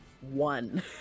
one